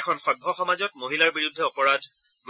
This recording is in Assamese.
এখন সভ্য সমাজত মহিলাৰ বিৰুদ্ধে অপৰাধ